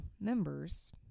members